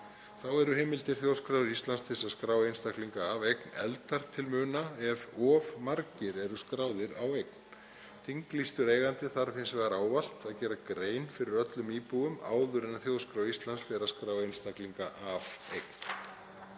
Þá eru heimildir Þjóðskrár Íslands til að skrá einstaklinga af eign efldar til muna ef of margir eru skráðir á eign. Þinglýstur eigandi þarf hins vegar ávallt að gera grein fyrir öllum íbúum áður en Þjóðskrá Íslands skráir einstaklinga af eign.